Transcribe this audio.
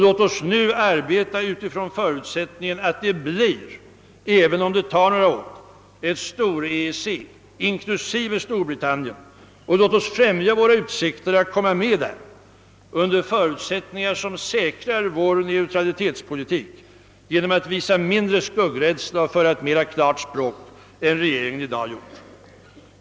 Låt oss nu arbeta utifrån förutsättningen att det blir, även om det tar några år, ett Stor-EEC, inklusive Storbritannien, och låt oss främja våra utsikter att komma med där under förutsättningar som säkrar vår neutralitetspolitik, genom att visa mindre skuggrädsla och föra ett mer klart språk än regeringen i dag gjort.